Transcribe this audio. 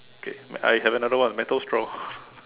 okay I have another one metal straw